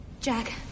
Jack